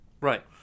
Right